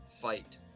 fight